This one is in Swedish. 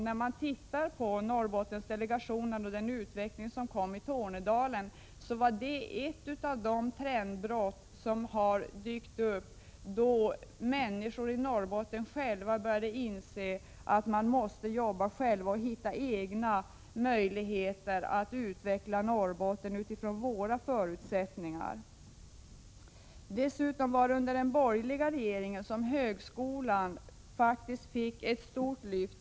När man ser på Norrbottendelegationen och utvecklingen i Tornedalen finner man att det var ett trendbrott då människor i Norrbotten började inse att de själva måste jobba och hitta egna möjligheter att utveckla Norrbotten med utgångspunkt i dess förutsättningar. Dessutom var det under den borgerliga regeringen som högskolan fick ett stort lyft.